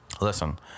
Listen